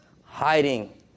Hiding